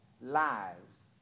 lives